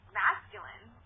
masculine